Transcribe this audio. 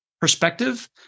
perspective